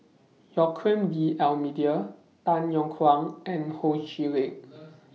Joaquim D'almeida Tay Yong Kwang and Ho Chee Lick